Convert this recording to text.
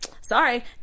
Sorry